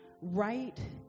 right